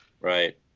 Right